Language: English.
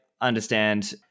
understand